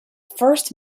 first